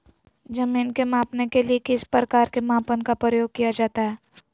जमीन के मापने के लिए किस प्रकार के मापन का प्रयोग किया जाता है?